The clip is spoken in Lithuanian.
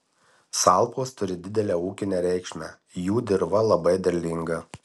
salpos turi didelę ūkinę reikšmę jų dirva labai derlinga